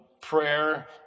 prayer